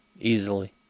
easily